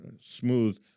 smooth